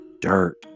dirt